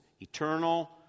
Eternal